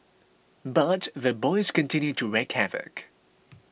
but the boys continued to wreak havoc